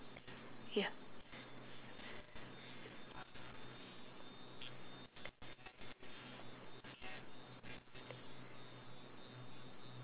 ya